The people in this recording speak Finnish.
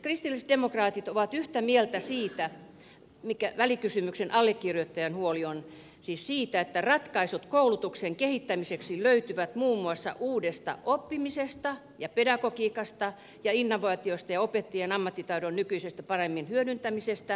kristillisdemokraatit ovat yhtä mieltä siitä mikä välikysymyksen allekirjoittajan huoli on siis siitä että ratkaisut koulutuksen kehittämiseksi löytyvät muun muassa uudesta oppimisesta ja pedagogiikasta ja innovaatioista ja opettajien ammattitaidon nykyistä paremmasta hyödyntämisestä